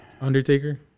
Undertaker